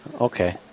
Okay